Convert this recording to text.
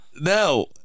No